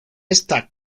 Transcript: esta